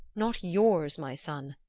not yours, my son.